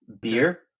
Beer